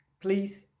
please